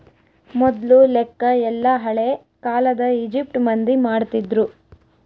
ಮೊದ್ಲು ಲೆಕ್ಕ ಎಲ್ಲ ಹಳೇ ಕಾಲದ ಈಜಿಪ್ಟ್ ಮಂದಿ ಮಾಡ್ತಿದ್ರು